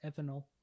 ethanol